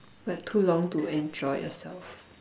but too long to enjoy yourself